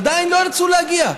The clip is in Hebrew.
עדיין לא ירצו להגיע.